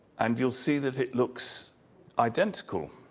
and you'll see that it looks identical.